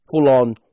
full-on